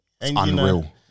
unreal